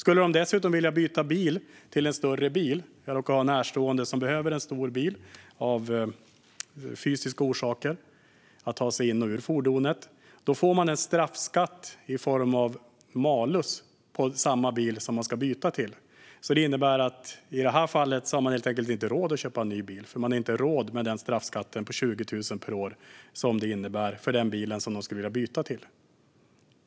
Den som dessutom skulle vilja byta till en större bil - jag råkar ha en närstående som av fysiska orsaker behöver en stor bil för att kunna ta sig in i och ut ur fordonet - får en straffskatt i form av malus på den bil man ska byta till. Det innebär i det här fallet att man helt enkelt inte har råd att köpa en ny bil, för man har inte råd med straffskatten på 20 000 per år som tillkommer för den bil man skulle vilja byta till.